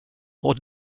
och